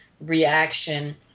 reaction